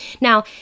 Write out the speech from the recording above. Now